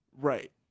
Right